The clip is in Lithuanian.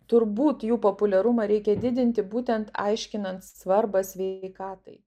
turbūt jų populiarumą reikia didinti būtent aiškinant svarbą sveikatai